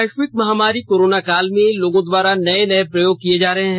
वैश्विक महामारी कोरोना काल में लोगों द्वारा नए नए प्रयोग किए जा रहे हैं